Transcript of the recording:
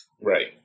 Right